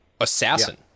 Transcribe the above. assassin